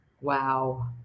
Wow